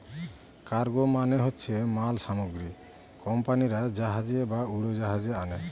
cargo মানে হচ্ছে মাল সামগ্রী কোম্পানিরা জাহাজে বা উড়োজাহাজে আনে